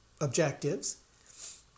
objectives